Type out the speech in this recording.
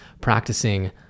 practicing